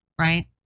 Right